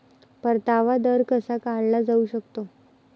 परतावा दर कसा काढला जाऊ शकतो?